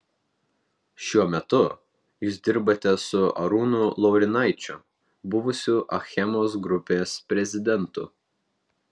šiuo metu jūs dirbate su arūnu laurinaičiu buvusiu achemos grupės prezidentu